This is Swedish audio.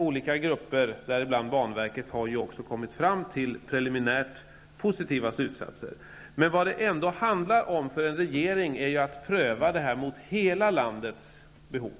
Olika grupper, däribland banverket, har också kommit fram till preliminärt positiva slutsatser. Men vad det handlar om för en regering är att pröva detta mot hela landets behov,